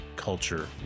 culture